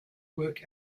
work